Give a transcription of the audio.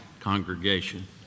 congregation